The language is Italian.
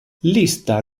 lista